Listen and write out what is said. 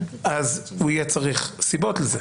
הוא יהיה צריך סיבות לזה.